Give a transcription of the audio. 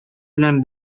белән